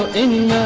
in